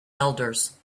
elders